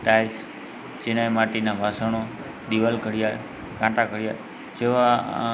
tiles ચિનાઈ માટીનાં વાસણો દીવાલ ઘડિયાળ કાંટા ઘડિયાળ જેવા